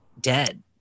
dead